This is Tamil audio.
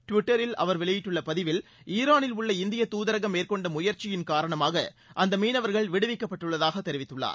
ட்விட்டரில் அவர் வெளியிட்டுள்ள பதிவில் ஈரானில் உள்ள இந்தியத் தூதரகம் மேற்கொண்ட முயற்சியின் காரணமாக அந்த மீனவர்கள் விடுவிக்கப்பட்டுள்ளதாக தெரிவித்துள்ளார்